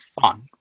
fun